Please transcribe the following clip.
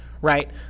right